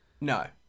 No